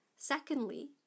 Secondly